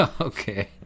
Okay